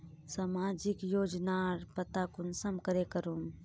सामाजिक योजनार पता कुंसम करे करूम?